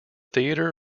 theatre